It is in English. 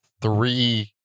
three